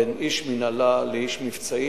בין איש מינהלה לאיש מבצעים.